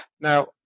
Now